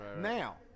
Now